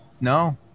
no